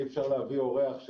אי אפשר להביא אורח,